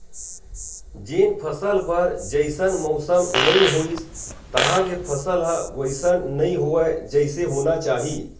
जेन फसल बर जइसन मउसम नइ होइस तहाँले फसल ह वइसन नइ होवय जइसे होना चाही